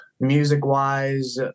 Music-wise